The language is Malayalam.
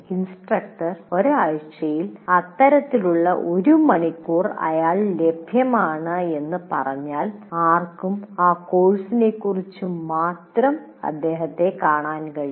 ഇൻസ്ട്രക്ടർ ഒരാഴ്ചയിൽ അത്തരത്തിലുള്ള ഒരു മണിക്കൂർ അയാൾ ലഭ്യമാണ് എന്ന് പറഞ്ഞാൽ ആർക്കും ആ കോഴ്സിനെക്കുറിച്ച് മാത്രം അദ്ദേഹത്തെ കാണാൻ കഴിയും